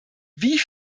wie